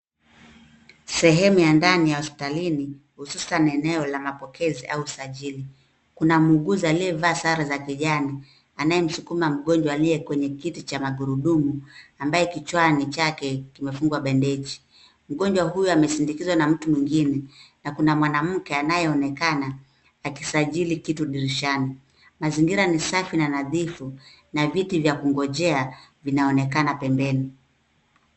Sehemu ya ndani ya hospitalini hususan eneo la mapokezi au usajili, kuna muuguzi aliyevaa sare za kijani anayemsukuma mgonjwa aliye kwenye kiti cha magurudumu ambaye kichwani mwake kumefungwa bendeji. Mgonjwa huyo amesindikizwa na mtu mwingine na kuna mwanamke anayeonekana akisajili kitu dirishani. Mazingira ni safi na nadhifu na viti vya kungojea vinaonekana pembeni.